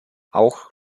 auch